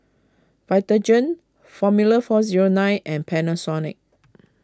Vitagen formula four zero nine and Panasonic